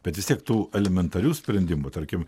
bet vis tiek tų elementarių sprendimų tarkim